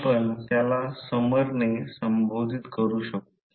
आता या प्रकरणात सममितीमुळे H प्रत्येक फ्लक्स लाइनच्या बाजूने युनिफॉर्म आहे